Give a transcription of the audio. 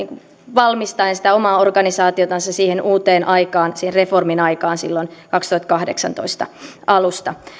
valmistaen sitä omaa organisaatiotansa siihen uuteen aikaan siihen reformin aikaan silloin kaksituhattakahdeksantoista alusta